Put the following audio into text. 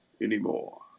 anymore